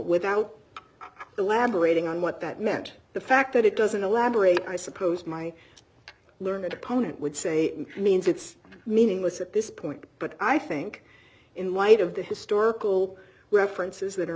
without elaborating on what that meant the fact that it doesn't elaborate i suppose my learned opponent would say means it's meaningless at this point but i think in light of the historical references that are